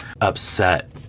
upset